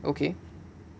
okay